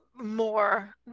more